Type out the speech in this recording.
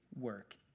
work